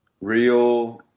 real